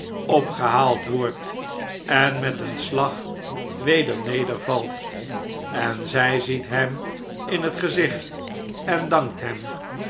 opgehaald wordt en met een slag weder nedervalt en zij ziet hem in het gezicht en dankt hem